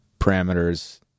parameters